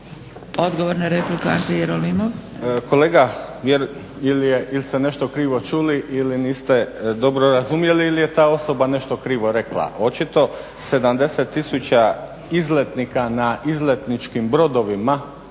Odgovor na repliku Ante Jerolimov.